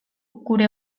gure